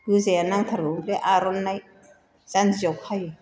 गोजाया नांथारगौ बे आर'नाय जान्जियाव खायो